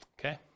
okay